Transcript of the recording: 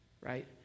right